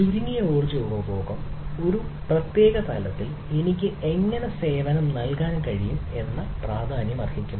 ചുരുങ്ങിയ ഊർജ്ജ ഉപഭോഗം ഒരു പ്രത്യേക തലത്തിൽ എനിക്ക് എങ്ങനെ സേവനം നൽകാൻ കഴിയും എന്നത് പ്രാധാന്യം അർഹിക്കുന്നു